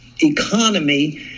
economy